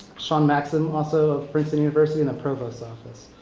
shawn maxam, also of princeton university in the provost's office,